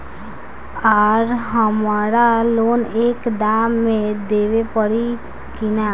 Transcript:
आर हमारा लोन एक दा मे देवे परी किना?